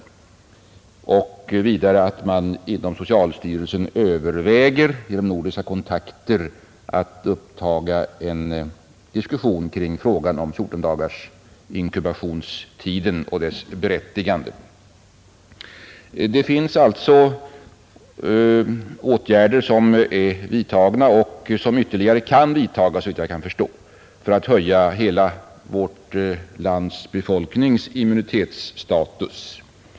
Socialministern sade vidare att man inom socialstyrelsen överväger att genom nordiska kontakter uppta en diskussion kring frågan om inkubationstiden på 14 dagar och dess berättigande. Åtgärder är alltså vidtagna och ytterligare åtgärder kan vidtas, såvitt jag förstår, för att höja hela vår befolknings immunitetsstatus.